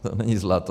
To není zlato.